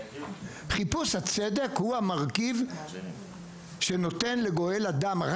חיפוש הצדק הוא המרכיב שנותן לגואל הדם,